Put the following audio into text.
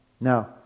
Now